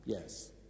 Yes